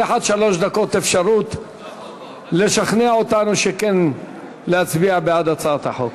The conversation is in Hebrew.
אחד שלוש דקות לשכנע אותנו להצביע בעד הצעת החוק.